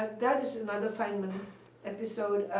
but that is another feynman episode.